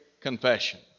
confession